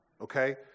Okay